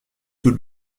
sous